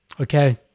okay